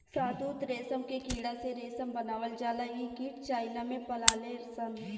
शहतूत रेशम के कीड़ा से रेशम बनावल जाला इ कीट चाइना में पलाले सन